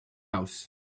house